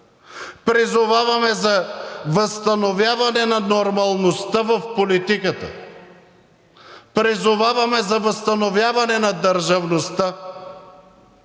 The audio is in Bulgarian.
Призоваваме за възстановяване на нормалността в политиката! Призоваваме за възстановяване на държавността,